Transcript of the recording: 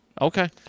Okay